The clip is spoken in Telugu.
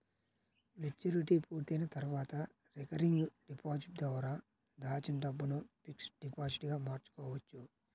మెచ్యూరిటీ పూర్తయిన తర్వాత రికరింగ్ డిపాజిట్ ద్వారా దాచిన డబ్బును ఫిక్స్డ్ డిపాజిట్ గా మార్చుకోవచ్చు